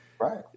Right